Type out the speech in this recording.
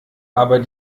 aber